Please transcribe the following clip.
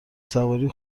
سواری